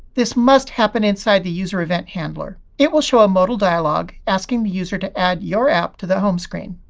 this must happen inside the user event handler. it will show a modal dialog asking the user to add your app to the home screen.